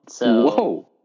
Whoa